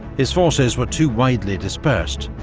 his forces were too widely dispersed,